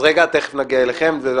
אז רגע, תכף נגיע אלייך.